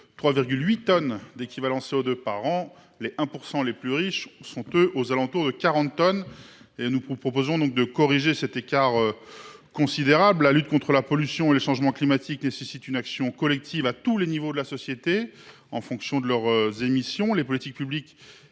3,8 tonnes d’équivalent CO2, celle des 1 % les plus riches avoisine les 40 tonnes. Nous vous proposons de corriger cet écart considérable. La lutte contre la pollution et le changement climatique nécessite une action collective à tous les niveaux de la société en fonction des émissions de chacun. Les politiques publiques,